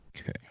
Okay